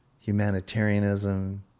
humanitarianism